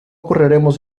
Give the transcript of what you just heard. correremos